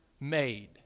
made